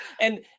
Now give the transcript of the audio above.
and-